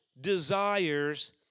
desires